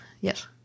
Yes